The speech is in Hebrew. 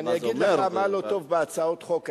אני אגיד לך מה לא טוב בהצעות החוק האלה: